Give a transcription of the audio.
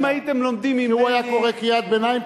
כשהוא היה קורא קריאת ביניים,